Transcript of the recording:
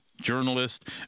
journalist